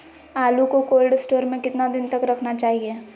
आलू को cold store में कितना दिन तक रखना चाहिए?